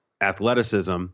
athleticism